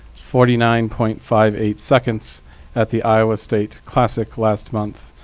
forty nine point five eight seconds at the iowa state classic last month.